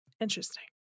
interesting